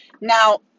Now